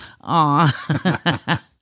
Aw